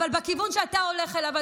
אבל הכיוון שאתה הולך אליו,